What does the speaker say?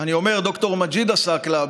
אני אומר: ד"ר מג'יד עסאקלה,